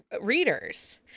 readers